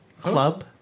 Club